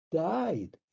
died